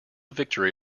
victory